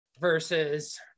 versus